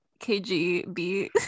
KGB